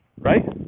right